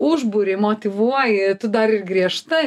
užburi motyvuoji tu dar griežta